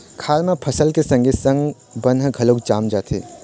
खार म फसल के संगे संग बन ह घलोक जाम जाथे